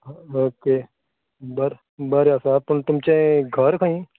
okay बर् बरें आसा पूण तुमचें घर खंय